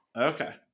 okay